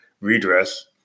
redress